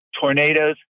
tornadoes